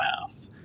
mouth